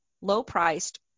low-priced